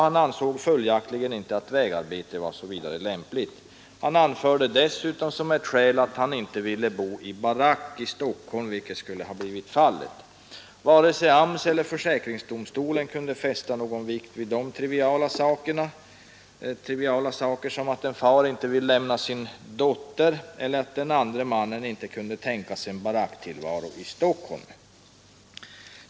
Han ansåg följaktligen inte att vägarbete var vidare lämpligt för honom. Han anförde dessutom som ett skäl att han inte ville bo i barack i Stockholm, vilket skulle ha blivit fallet. Varken AMS eller försäkringsdomstolen kunde fästa någon vikt vid sådana triviala omständigheter som att en far inte ville lämna sin dotter eller att den andre mannen inte kunde tänka sig en baracktillvaro i Stockholm.